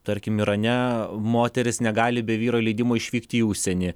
tarkim irane moteris negali be vyro leidimo išvykti į užsienį